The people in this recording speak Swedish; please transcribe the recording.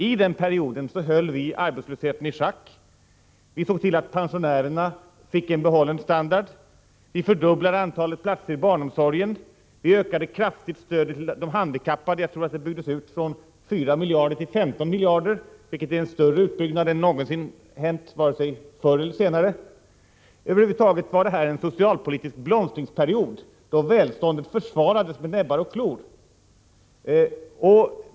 I den perioden höll vi arbetslösheten i schack, vi såg till att pensionärerna fick bibehållen standard, vi fördubblade antalet platser i barnomsorgen, vi ökade kraftigt stödet till de handikappade — jag tror att det byggdes ut från 4 miljarder kronor till 15 miljarder kronor, vilket är en större utbyggnad än någonsin förr eller senare. Över huvud taget var detta en socialpolitisk blomstringsperiod då välståndet försvarades med näbbar och klor.